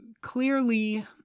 clearly